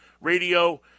radio